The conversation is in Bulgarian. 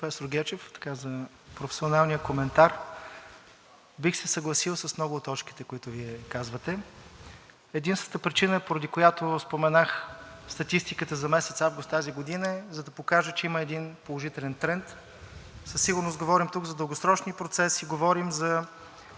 Благодаря Ви, професор Гечев, за професионалния коментар. Бих се съгласил с много от точките, които Вие казвате. Единствената причина, поради която споменах статистиката за месец август тази година, е, за да покажа, че има един положителен тренд. Със сигурност говорим тук за дългосрочни процеси, говорим за